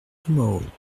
tomorrow